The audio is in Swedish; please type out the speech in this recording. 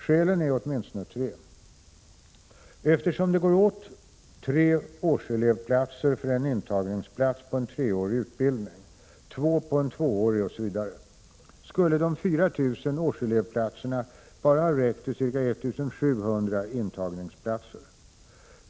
Skälen är åtminstone tre. Eftersom det går åt tre årselevplatser för en intagningsplats på en treårig utbildning, två på en tvåårig osv., skulle de 4 000 årselevplatserna bara ha räckt till ca 1 700 intagningsplatser.